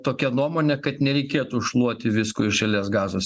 tokia nuomonė kad nereikėtų šluoti visko iš eilės gazose